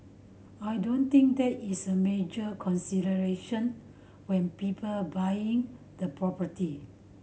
I don't think that is a major consideration when people buy the property